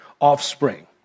offspring